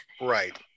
right